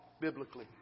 biblically